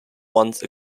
once